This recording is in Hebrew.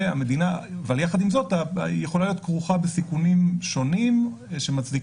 אבל יחד עם זאת היא יכולה להיות כרוכה בסיכונים שונים שמצדיקים